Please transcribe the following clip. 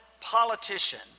politician